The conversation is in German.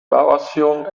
bauausführung